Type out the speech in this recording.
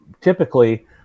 typically